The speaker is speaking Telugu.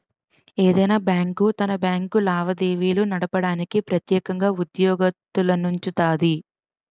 ఏదైనా బ్యాంకు తన బ్యాంకు లావాదేవీలు నడపడానికి ప్రెత్యేకంగా ఉద్యోగత్తులనుంచుతాది